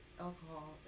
alcohol